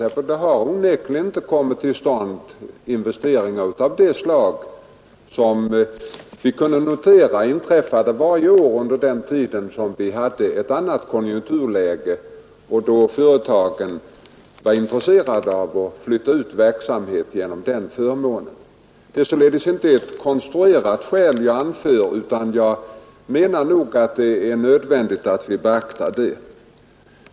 Där har onekligen inte kommit till stånd investeringar av det slag som vi kunde notera varje år under den tid vi hade ett annat konjunkturläge, då företagen genom förmåner inom stödområdet gjordes intresserade av att flytta verksamhet dit. Det är således inte ett konstruerat skäl jag anför, utan jag anser att det är nödvändigt att beakta dessa omständigheter.